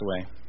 away